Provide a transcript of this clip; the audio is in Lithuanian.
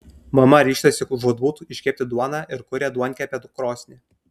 mama ryžtasi žūtbūt iškepti duoną ir kuria duonkepę krosnį